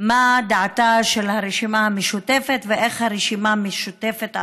מה דעתה של הרשימה המשותפת ואיך הרשימה המשותפת,